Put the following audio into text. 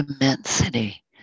immensity